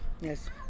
Yes